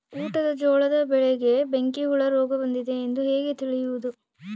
ಊಟದ ಜೋಳದ ಬೆಳೆಗೆ ಬೆಂಕಿ ಹುಳ ರೋಗ ಬಂದಿದೆ ಎಂದು ಹೇಗೆ ತಿಳಿಯುವುದು?